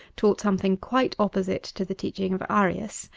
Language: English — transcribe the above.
taught something quite opposite to the teaching of arius,